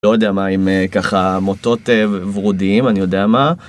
לא יודע מה עם ככה מוטות ורודים, אני יודע מה.